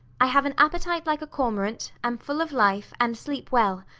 i have an appetite like a cormorant, am full of life, and sleep well.